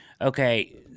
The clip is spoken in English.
okay